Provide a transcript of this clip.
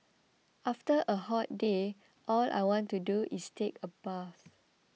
after a hot day all I want to do is take a bath